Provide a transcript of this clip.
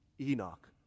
Enoch